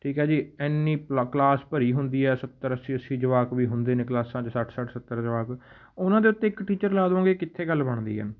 ਠੀਕ ਹੈ ਜੀ ਐਨੀ ਪਲਾ ਕਲਾਸ ਭਰੀ ਹੁੰਦੀ ਹੈ ਸੱਤਰ ਅੱਸੀ ਅੱਸੀ ਜਵਾਕ ਵੀ ਹੁੰਦੇ ਨੇ ਕਲਾਸਾਂ 'ਚ ਸੱਠ ਸੱਠ ਸੱਤਰ ਜਵਾਕ ਉਹਨਾਂ ਦੇ ਉੱਤੇ ਇੱਕ ਟੀਚਰ ਲਾ ਦਿਓਂਗੇ ਕਿੱਥੇ ਗੱਲ ਬਣਦੀ ਆ